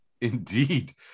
Indeed